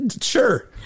Sure